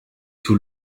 tout